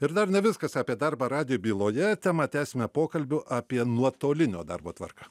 ir dar ne viskas apie darbą radijo byloje temą tęsime pokalbiu apie nuotolinio darbo tvarką